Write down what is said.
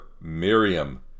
Miriam